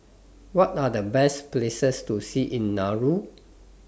What Are The Best Places to See in Nauru